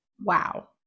Wow